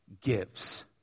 gives